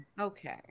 Okay